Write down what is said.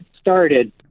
started